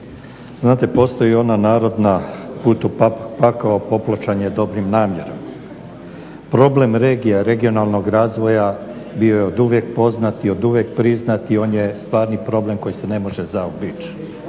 Znate, postoji i ona narodna put u pakao popločen je dobrim namjerama. Problem regija, regionalnog razvoja bio je oduvijek poznat i oduvijek priznat i on je stvarni problem koji se ne može zaobići.